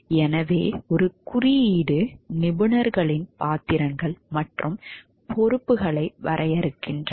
எனவே ஒரு குறியீடு நிபுணர்களின் பாத்திரங்கள் மற்றும் பொறுப்புகளை வரையறுக்கிறது